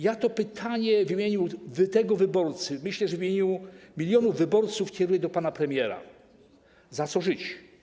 Ja to pytanie w imieniu tego wyborcy, a myślę, że też w imieniu milionów wyborców, kieruję do pana premiera: Za co żyć?